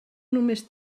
només